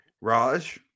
Raj